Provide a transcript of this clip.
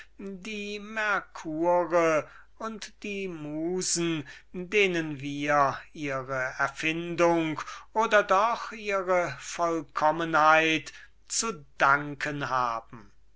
die mercure und die musen denen wir ihre erfindung oder doch ihre vollkommenheit zu danken haben